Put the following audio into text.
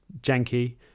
janky